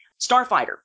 Starfighter